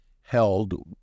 held